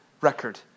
record